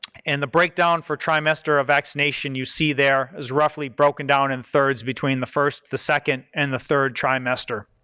and the breakdown for trimester of vaccination you see there is roughly broken down in thirds between the first, the second and the third trimester.